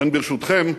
ובכן, ברשותכם,